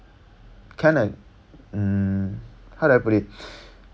can I mm how do I put it